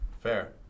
Fair